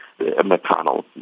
McConnell